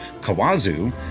Kawazu